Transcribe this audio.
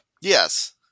Yes